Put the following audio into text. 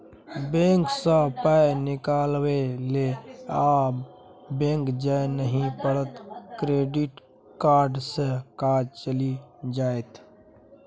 bank सँ पाय निकलाबक लेल आब बैक जाय नहि पड़त डेबिट कार्डे सँ काज चलि जाएत